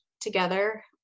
together